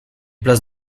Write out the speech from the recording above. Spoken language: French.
place